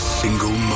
single